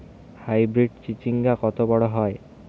Hybrid চিচিংঙ্গা কত বড় হয়?